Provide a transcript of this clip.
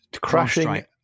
crashing